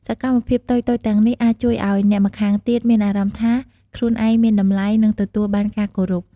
សកម្មភាពតូចៗទាំងនេះអាចជួយឱ្យអ្នកម្ខាងទៀតមានអារម្មណ៍ថាខ្លួនឯងមានតម្លៃ និងទទួលបានការគោរព។